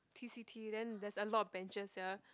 t_c_t then there's a lot of benches here